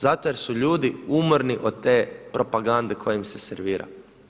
Zato jer su ljudi umorni od te propagande koja im se servira.